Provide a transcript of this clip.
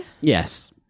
Yes